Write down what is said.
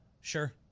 sure